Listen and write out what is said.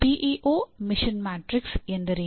PEO mission matrix ಎಂದರೇನು